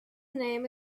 name